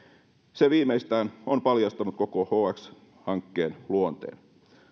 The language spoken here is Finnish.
se viimeistään on paljastanut koko hx hankkeen luonteen